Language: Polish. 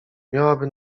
miałaby